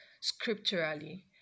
scripturally